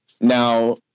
now